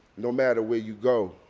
no matter where you go.